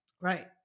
right